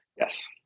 Yes